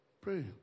pray